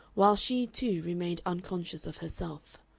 while she too remained unconscious of herself.